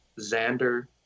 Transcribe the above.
Xander